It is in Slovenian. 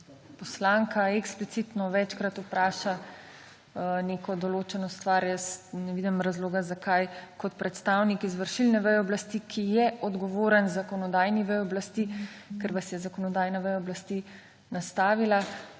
poslanka eksplicitno večkrat vpraša neko določeno stvar, jaz ne vidim razloga, zakaj kot predstavnik izvršilne veje oblasti, ki je odgovoren zakonodajni veji oblasti, ker vas je zakonodajna veja oblasti nastavila,